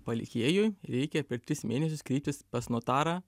palikėjui reikia per tris mėnesius kreiptis pas notarą